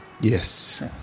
Yes